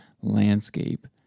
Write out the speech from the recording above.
landscape